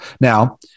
Now